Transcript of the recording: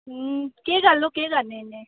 ह्म् केह् गल्ल ओह् केह् करने इ'न्ने